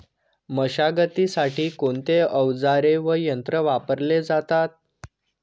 मशागतीसाठी कोणते अवजारे व यंत्र वापरले जातात?